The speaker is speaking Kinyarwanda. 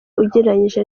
ugereranyije